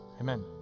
Amen